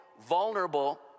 vulnerable